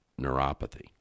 neuropathy